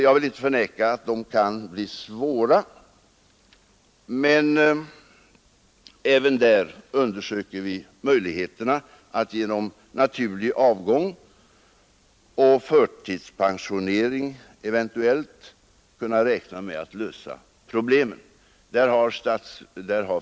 Jag vill inte förneka att problemen kan bli svåra, men vi undersöker möjligheterna att genom naturlig avgång och eventuellt genom förtidspensionering kunna lösa problemen även där.